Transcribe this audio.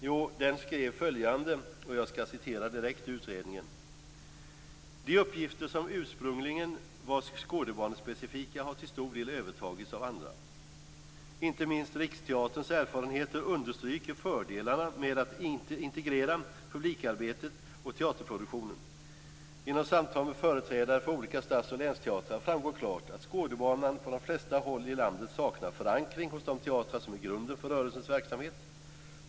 Jo, av utredningen framgick att de uppgifter som ursprungligen var specifika för Skådebanan har till stor del övertagits av andra. Inte minst Riksteaterns erfarenheter understryker fördelarna med att inte integrera publikarbetet och teaterproduktionen. Genom samtal med företrädare för olika stads och länsteatrar framgår klart att Skådebanan på de flesta håll i landet saknar förankring hos de teatrar som är grunden för rörelsens verksamhet.